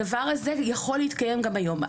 הדבר הזה יכול להתקיים גם היום.